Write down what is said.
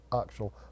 actual